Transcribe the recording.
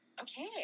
Okay